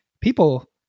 people